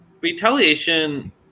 retaliation